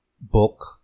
book